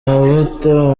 amavuta